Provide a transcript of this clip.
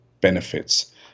benefits